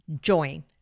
join